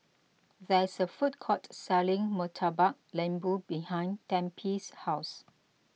there is a food court selling Murtabak Lembu behind Tempie's House